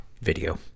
video